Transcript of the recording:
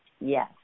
Yes